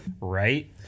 Right